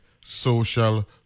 Social